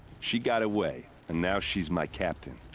she got away. and now she's my captain.